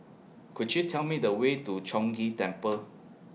Could YOU Tell Me The Way to Chong Ghee Temple